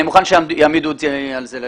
אני מוכן שיעמידו אותי על זה לדין.